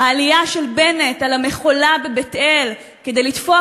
העלייה של בנט על המכולה בבית-אל כדי לטפוח